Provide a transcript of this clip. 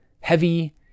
heavy